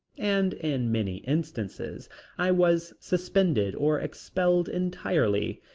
and in many instances i was suspended or expelled entirely.